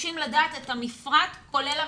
מבקשים לדעת את המפרט, כולל המחיר.